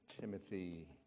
Timothy